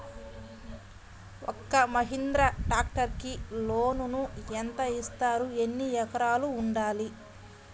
ఒక్క మహీంద్రా ట్రాక్టర్కి లోనును యెంత ఇస్తారు? ఎన్ని ఎకరాలు ఉండాలి?